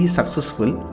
successful